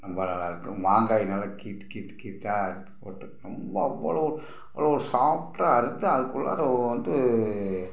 ரொம்ப நல்லாயிருக்கும் மாங்காய் நல்லா கீற்று கீற்று கீற்றா அறுத்து போட்டு ரொம்ப அவ்வளோ சாப்பிட்டா அறுத்தால் அதுக்குள்ளார வந்து